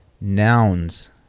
nouns